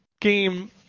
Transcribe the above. game